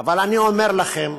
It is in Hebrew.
אבל אני אומר לכם,